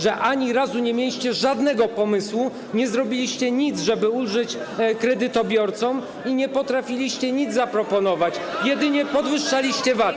Że ani razu nie mieliście żadnego pomysłu, nie zrobiliście nic, żeby ulżyć kredytobiorcom i nie potrafiliście nic zaproponować, jedynie podwyższaliście VAT.